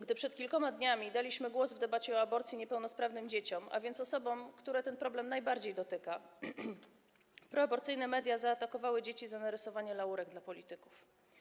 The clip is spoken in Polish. Gdy przed kilkoma dniami w debacie o aborcji daliśmy głos niepełnosprawnym dzieciom, a więc osobom, które ten problem najbardziej dotyka, proaborcyjne media zaatakowały dzieci za narysowanie laurek dla polityków.